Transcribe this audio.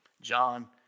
John